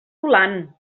volant